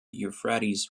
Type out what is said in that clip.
euphrates